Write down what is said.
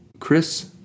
Chris